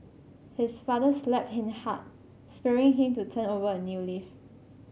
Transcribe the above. his father slapped him hard spurring him to turn over a new leaf